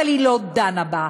אבל היא לא דנה בה.